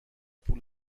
پول